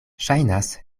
ŝajnas